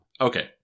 Okay